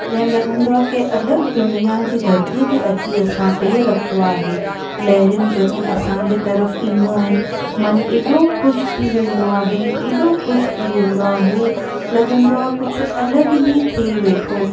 ॼणु लॻंदो आहे के अलॻि दुनिया जी धरतीअ ते अची असां पेर रखियो आहे लहरियूं जॾहिं असांजे तरफ़ ईंदियूं आहिनि मन एॾो ख़ुशि थी वेंदो आहे एॾो ख़ुशि थी वेंदो आहे लॻंदो आहे कुझु अलॻि ई थिए वेठो